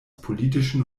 politischen